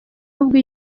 ahubwo